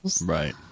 Right